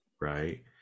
right